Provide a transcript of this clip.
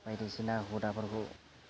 बायदिसिना हुदाफोरखौ